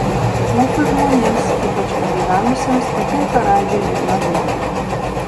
mūsų žmonėms ypač pagyvenusiems patinka radži ir jo dainos